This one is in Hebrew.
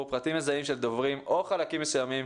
פרטים מזהים של דוברים או חלקים מסוימים